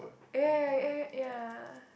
yeah yeah yeah yeah yeah